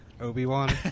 Obi-Wan